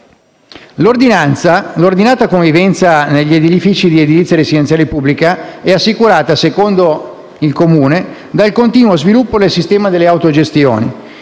L'ordinata convivenza negli edifici di edilizia residenziale pubblica è assicurata, secondo il Comune, dal continuo sviluppo del sistema delle autogestioni,